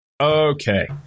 Okay